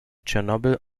tschernobyl